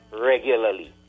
regularly